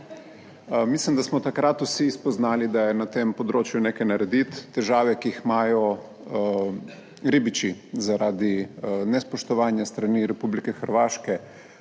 Mislim, da smo takrat vsi spoznali, da je na tem področju [treba] nekaj narediti. Težave, ki jih imajo ribiči zaradi nespoštovanja s strani Republike Hrvaške,